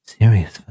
Serious